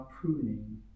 pruning